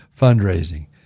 fundraising